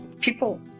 People